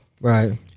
right